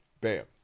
bam